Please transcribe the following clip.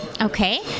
Okay